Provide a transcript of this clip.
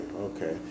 okay